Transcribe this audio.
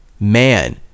man